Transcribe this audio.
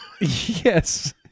Yes